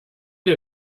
dir